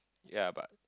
yeah but